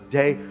day